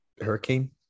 hurricane